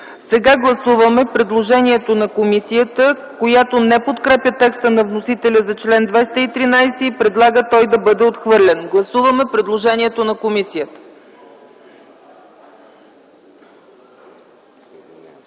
Сега гласуваме предложението на комисията, която не подкрепя текста на вносителя за чл. 213 и предлага той да бъде отхвърлен. Моля, гласувайте предложението на комисията.